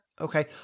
Okay